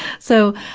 so,